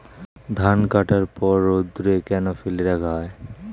ধান কাটার পর রোদ্দুরে কেন ফেলে রাখা হয়?